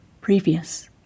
previous